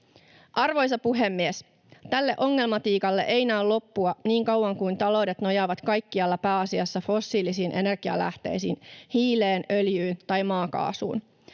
Arvoisa puhemies! Tälle ongelmatiikalle ei näy loppua niin kauan kuin taloudet nojaavat kaikkialla pääasiassa fossiilisiin energialähteisiin; hiileen, öljyyn tai maakaasuun.